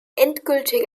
endgültige